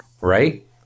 right